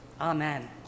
Amen